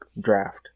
Draft